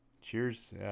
Cheers